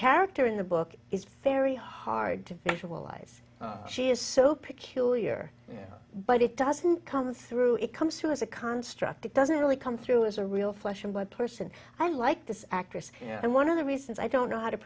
character in the book is very hard to visualize she is so peculiar but it doesn't come through it comes through as a construct it doesn't really come through as a real flesh and blood person i like this actress and one of the reasons i don't know how to